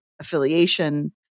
affiliation